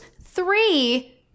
Three